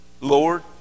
Lord